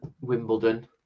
wimbledon